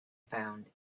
found